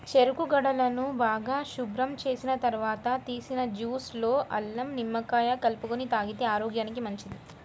చెరుకు గడలను బాగా శుభ్రం చేసిన తర్వాత తీసిన జ్యూస్ లో అల్లం, నిమ్మకాయ కలుపుకొని తాగితే ఆరోగ్యానికి మంచిది